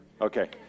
Okay